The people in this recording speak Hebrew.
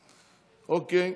אוקיי,